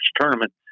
Tournament